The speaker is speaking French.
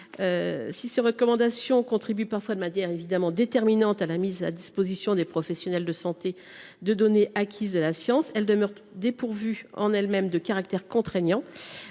Si ces recommandations contribuent, parfois de manière déterminante, à la mise à la disposition des professionnels de santé des données acquises de la science, elles demeurent dépourvues en elles mêmes de caractère contraignant.